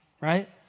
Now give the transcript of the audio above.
right